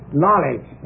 knowledge